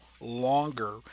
longer